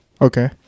okay